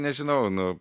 nežinau nu